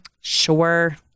Sure